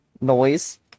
noise